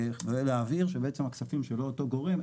ולהבהיר שבעצם הכספים הם לא של אותו הגורם,